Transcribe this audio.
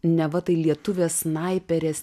neva tai lietuvės snaiperės